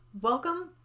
Welcome